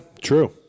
true